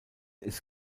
ist